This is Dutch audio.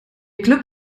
club